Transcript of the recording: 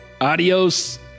Adios